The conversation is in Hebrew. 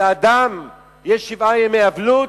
יש שבעה ימי אבלות,